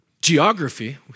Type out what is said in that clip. geography